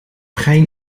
geen